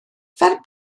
fel